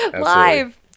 live